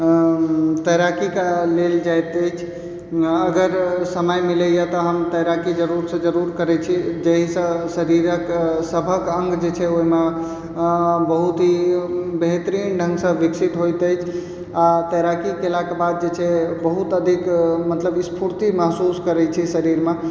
तैराकीके लेल जाइत अछि अगर समय मिलैए तऽ हम तैराकी जरुरसँ जरुर करै छी जाहिसँ शरीर सभक अङ्ग जे छै ओहिमे बहुत ही बेहतरीन ढङ्गसँ विकसित होइत अछि आओर तैराकी कएलाके बाद जे छै बहुत अधिक मतलब स्फूर्ति महसूस करै छी शरीरमे